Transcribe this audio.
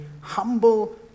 humble